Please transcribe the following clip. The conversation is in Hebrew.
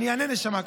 אני אענה, נשמה.